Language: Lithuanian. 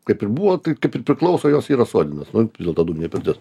kaip ir buvo taip kaip ir priklauso jos yra suodinos dėl to dūminė pirtis